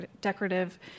decorative